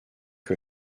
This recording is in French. que